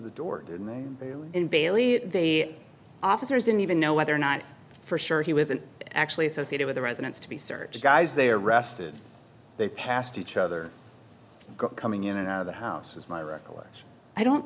the door in bailey the officers in even know whether or not for sure he was in actually associated with the residence to be searched guys they arrested they passed each other coming in and out of the house is my recollection i don't